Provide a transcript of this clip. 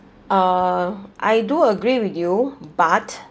uh I do agree with you but